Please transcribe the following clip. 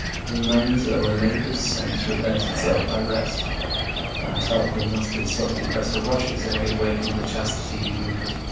and man's o'er-labour'd sense repairs itself by rest. our tarquin thus did softly press the rushes ere he waken'd the chastity he wounded.